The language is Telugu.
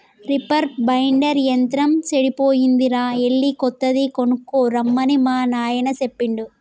రిపర్ బైండర్ యంత్రం సెడిపోయిందిరా ఎళ్ళి కొత్తది కొనక్కరమ్మని మా నాయిన సెప్పిండు